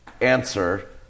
answer